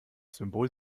symbol